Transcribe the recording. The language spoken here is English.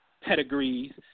pedigrees